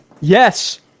Yes